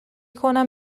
کنم